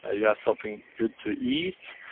ah yeah something good to eat.